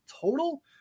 total